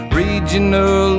regional